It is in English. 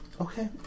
Okay